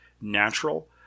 natural